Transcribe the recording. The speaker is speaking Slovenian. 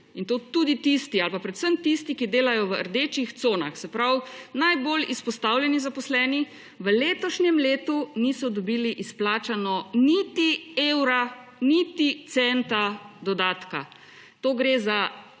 to tudi tisti ali predvsem tisti, ki delajo v rdečih conah, se pravi najbolj izpostavljeni zaposleni, v letošnjem letu niso dobili izplačanega niti evra, niti centa dodatka. Gre za